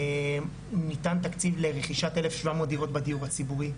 ניתן תקציב לרכישת 1700 דירות בדיור הציבורי,